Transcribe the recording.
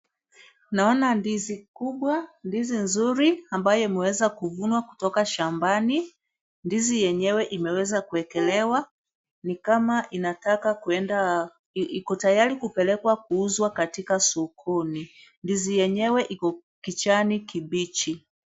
Naona ndizi kubwa, ndizi nzuri ambayo imeweza kuvunwa kutoka shambani. Ndizi yenyewe imeweza kuwekelewa. Ni kama inataka kwenda iko tayari kupelekwa kuuzwa katika sokoni. Ndizi yenyewe iko kijani kibichi.